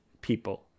people